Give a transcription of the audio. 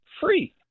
free